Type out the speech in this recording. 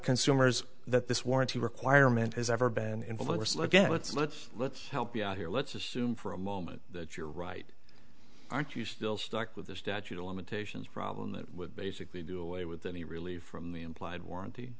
consumers that this warranty requirement has ever been involved in or so again let's let's let's help you out here let's assume for a moment that you're right aren't you still stuck with the statute of limitations problem that would basically do away with any relief from the implied warranty